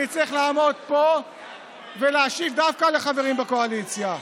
אני צריך לעמוד פה ולהשיב דווקא לחברים בקואליציה.